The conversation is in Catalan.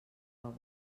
roba